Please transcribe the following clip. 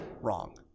Wrong